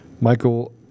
Michael